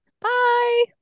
Bye